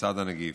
לצד הנגיף,